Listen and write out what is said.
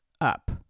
up